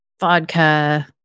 vodka